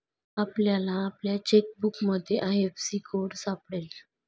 आपल्याला आपल्या चेकबुकमध्ये आय.एफ.एस.सी कोड सापडेल